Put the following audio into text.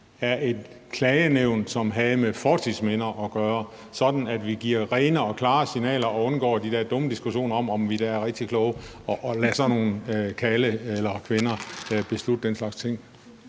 er et klagenævn, som har med fortidsminder at gøre, sådan at vi giver rene og klare signaler og undgår de der dumme diskussioner om, om vi da er rigtig kloge, altså at lade sådan nogle karle eller kvinder beslutte den slags ting.